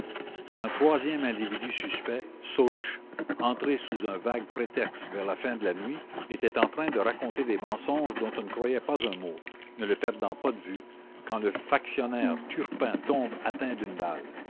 un troisième individu suspect souche entré sous un vague prétexte vers la fin de la nuit était en train de raconter des mensonges dont on ne croyait pas un mot ne le perdant pas de vue quand le factionnaire turpin tombe atteint d'une balle